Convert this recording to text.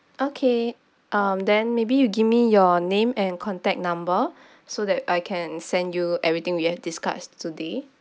okay um then maybe you give me your name and contact number so that I can send you everything we had discussed today